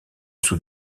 sous